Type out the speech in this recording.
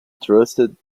trusted